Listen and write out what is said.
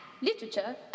Literature